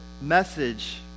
message